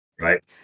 Right